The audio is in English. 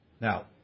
Now